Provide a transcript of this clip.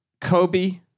Kobe